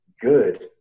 good